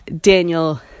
Daniel